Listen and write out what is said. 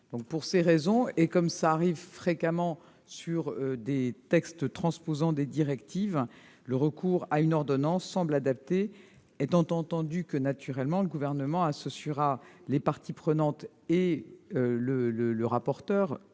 Pour ces raisons, comme cela arrive fréquemment pour des textes transposant des directives, le recours à une ordonnance semble adapté, étant naturellement entendu que le Gouvernement associera les parties prenantes et M. le rapporteur,